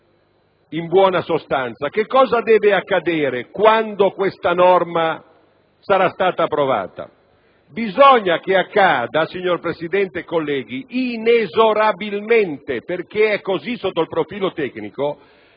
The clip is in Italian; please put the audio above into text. In buona sostanza, cosa accadrà quando questa norma sarà stata approvata? Bisogna che accada, signor Presidente, colleghi - inesorabilmente perché è così sotto il profilo tecnico